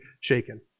shaken